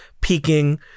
peeking